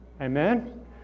Amen